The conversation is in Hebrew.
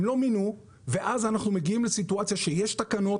הם לא מינו ואז אנחנו מגיעים לסיטואציה שיש תקנות,